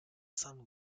sun